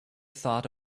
thought